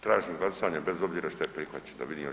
Tražim glasanje bez obzira što je prihvaćen da vidim